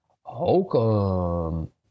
Holcomb